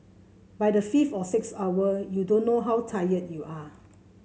by the fifth or sixth hour you don't know how tired you are